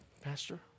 Pastor